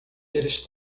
eles